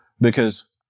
because-